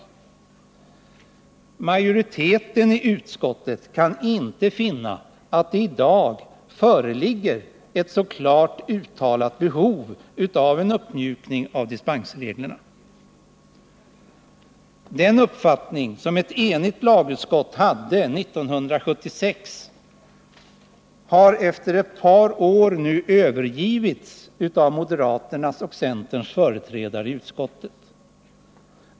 Majoriteten i utskottet kan inte finna att det i dag föreligger något klart uttalat behov av en uppmjukning av dispensreglerna. Den uppfattning som ett enigt lagutskott hade 1976 har efter ett par år nu övergivits av moderaternas och centerns företrädare i utskottet.